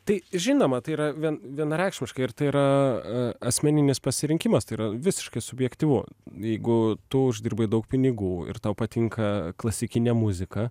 tai žinoma tai yra vien vienareikšmiškai ir tai yra asmeninis pasirinkimas tai yra visiškai subjektyvu jeigu tu uždirbai daug pinigų ir tau patinka klasikinė muzika